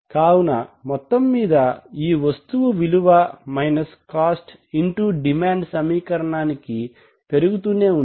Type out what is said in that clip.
కావున మొత్తం మీద ఈ వస్తువు విలువ మైనస్ కోస్ట్ డిమాండ్ సమీకరణానికి పెరుగుతూనే ఉంది